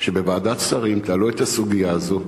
שבוועדת שרים תעלו את הסוגיה הזאת,